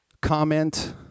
comment